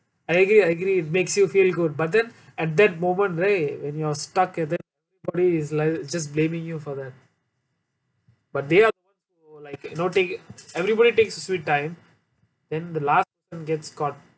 I agree I agree it makes you feel good but then at that moment leh when you're stuck with it probably is like just blaming you for that but they are not take everybody take their sweet time then the last gets caught